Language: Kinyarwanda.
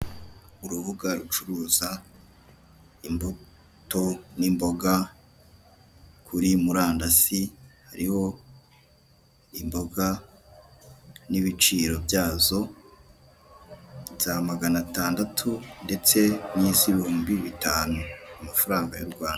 Urubuga rucuruza imbuto n'imboga kuri murandasi hariho imboga n'ibiciro byazo ibya maganatandatu ndetse niz'ibihumbi bitanu mu mafaranga y'uRwanda.